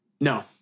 No